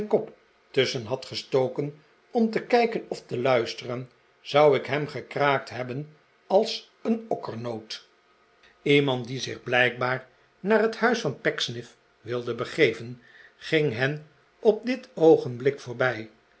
had gestoken om te kijken of te luisteren zou ik hem gekraakt hebben als een okkernoot iemand die zich blijkbaar naar het huis van pecksniff wilde begeven ging hen op dit oogenblik voorbij